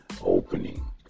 opening